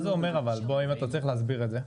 מה זה אומר אבל אם אתה צריך להסביר את זה?